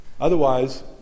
Otherwise